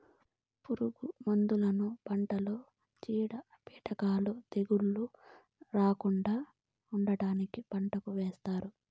పురుగు మందులను పంటలో చీడపీడలు, తెగుళ్ళు రాకుండా ఉండటానికి పంటకు ఏస్తారు